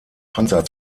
panzer